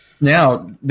Now